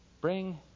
Bring